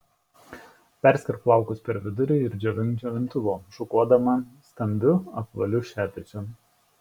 perskirk plaukus per vidurį ir džiovink džiovintuvu šukuodama stambiu apvaliu šepečiu